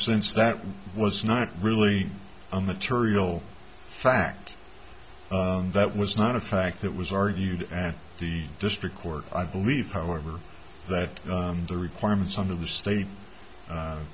since that was not really a material fact that was not a fact that was argued and the district court i believe however that the requirements under the state